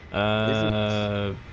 a